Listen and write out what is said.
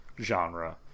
genre